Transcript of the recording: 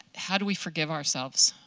how do we forgive ourselves